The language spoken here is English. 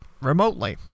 remotely